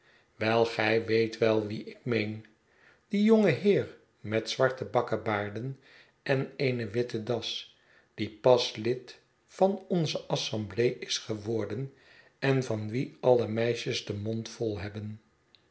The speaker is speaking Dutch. wel gij weet wel wien ik meen dien jongen heer met zwarte bakkebaarden en eene witte das die pas lid van onze assemblee is geworden en van wien alle meisjes den mond vol hebben